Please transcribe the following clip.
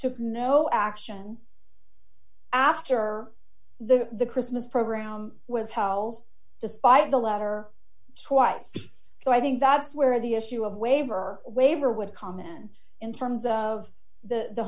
took no action after the christmas program was howls despite the letter twice so i think that's where the issue of waiver waiver would comment in terms of the